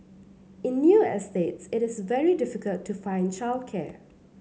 in new estates it is very difficult to find childcare